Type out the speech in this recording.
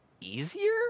easier